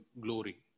glory